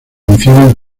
mencionan